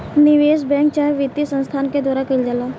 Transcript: निवेश बैंक चाहे वित्तीय संस्थान के द्वारा कईल जाला